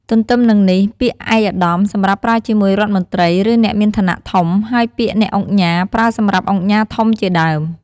ទទ្ទឹមនឹងនេះ ពាក្យឯកឧត្តម សម្រាប់ប្រើជាមួយរដ្ឋមន្ត្រី ឬអ្នកមានឋានៈធំ ហើយពាក្យ អ្នកឧកញ៉ា ប្រើសម្រាប់ឧកញ៉ាធំជាដើម។